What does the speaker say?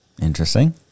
Interesting